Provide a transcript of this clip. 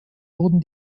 wurden